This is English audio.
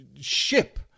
ship